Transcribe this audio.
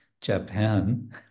Japan